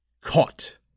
Caught